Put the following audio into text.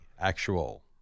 actual